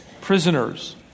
prisoners—